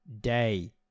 Day